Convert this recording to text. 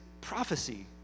prophecy